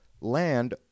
land